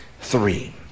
three